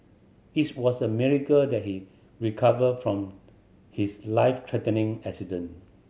its was a miracle that he recovered from his life threatening accident